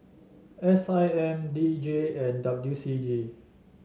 S I M D J and W C G